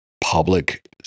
public